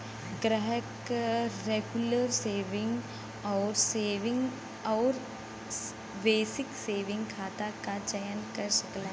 ग्राहक regular saving आउर basic saving खाता क चयन कर सकला